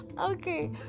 okay